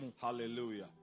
Hallelujah